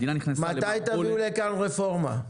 מתי תביאו לכאן רפורמה?